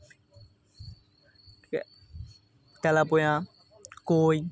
তেলাপোনা কই